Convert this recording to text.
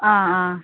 ആ ആ